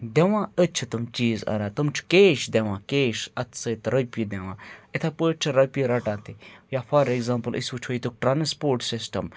دِوان أتۍ چھِ تِم چیٖز اَنان تِم چھِ کیش دِوان کیش اَتھٕ سۭتۍ رۄپیہِ دِوان یِتھے پٲٹھۍ چھِ رۄپیہِ رَٹان تہِ یا فار ایٚگزامپٕل أسۍ وٕچھو ییٚتیُک ٹرانَسپوٹ سِسٹَم